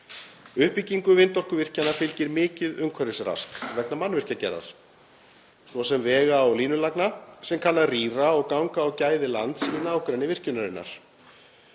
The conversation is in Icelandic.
Uppbyggingu vindorkuvirkjana fylgir mikið umhverfisrask vegna mannvirkjagerðar, svo sem vega og línulagna, sem kann að rýra og ganga á gæði lands í nágrenni virkjunarinnar.